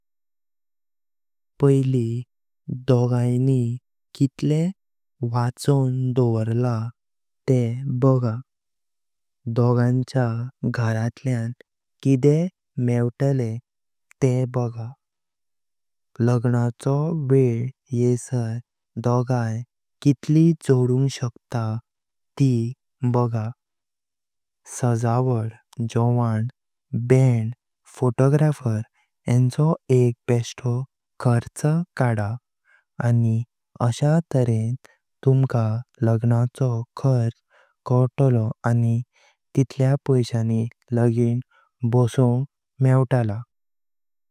पहिली दोनांनी कितले वचोन दवोरला ते बगा। दोगांच्या घरातल्यां किदे मेवटाले ते बगा। लग्नाचो वेळ येयसर दोघीं कितली जोडुंग शकतात ती बगा। सजावट, जोवण, बँड, फोटोग्राफर हेंचो एक बेस्टो खर्च काडा। आणि अशा तऱ्हेन तुमका लग्नाचो खर्च कायतलो आणि तितल्या पैशांनी लगीन बसोंग मेवटला।